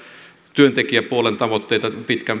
työntekijäpuolen tavoitteita